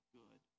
good